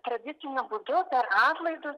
tradiciniu būdu per atlaidus